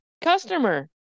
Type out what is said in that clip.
customer